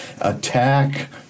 attack